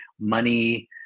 money